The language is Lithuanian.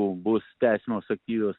bus tęsiamos aktyvios